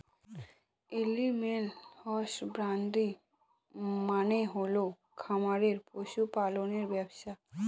animal husbandry মানে হল খামারে পশু পালনের ব্যবসা